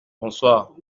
bonsoir